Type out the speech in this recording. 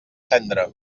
cendra